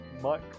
Mike